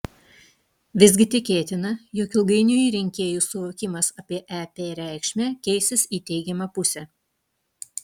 visgi tikėtina jog ilgainiui rinkėjų suvokimas apie ep reikšmę keisis į teigiamą pusę